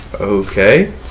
Okay